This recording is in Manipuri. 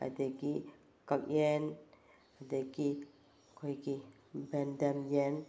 ꯑꯗꯒꯤ ꯀꯛꯌꯦꯟ ꯑꯗꯒꯤ ꯑꯩꯈꯣꯏꯒꯤ ꯕꯥꯟꯇꯟ ꯌꯦꯟ